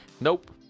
Nope